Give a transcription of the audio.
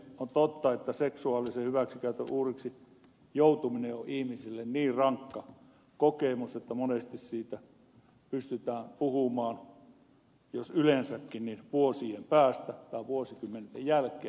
on totta että seksuaalisen hyväksikäytön uhriksi joutuminen on ihmisille niin rankka kokemus että monesti siitä pystytään puhumaan jos yleensäkään niin vasta vuosien päästä tai vuosikymmenten jälkeen